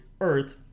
Earth